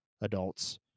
adults